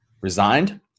resigned